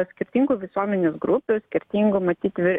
skirtingų visuomenės grupių skirtingų matyt ve